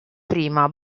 prima